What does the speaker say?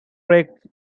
break